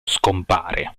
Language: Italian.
scompare